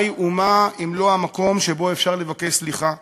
מהי אומה אם לא המקום שבו אפשר לבקש סליחה?